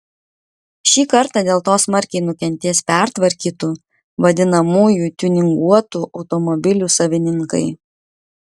šį kartą dėl to smarkiai nukentės pertvarkytų vadinamųjų tiuninguotų automobilių savininkai